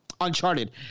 Uncharted